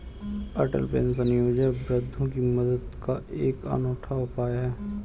अटल pension Yojana वृद्धों की मदद का एक अनूठा उपाय है